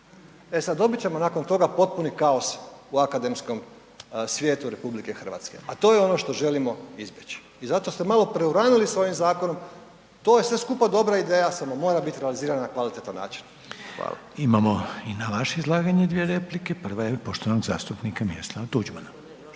E sad, dobit ćemo nakon toga potpuni kaos u akademskom svijetu RH, a to je ono što želimo izbjeći i zato ste malo preuranili sa ovim zakonom, to je sve skupa dobra ideja, samo mora biti realizirana na kvalitetan način. Hvala. **Reiner, Željko (HDZ)** Imamo i na vaše izlaganje dvije replike, prva je poštovanog zastupnika Miroslava Tuđmana.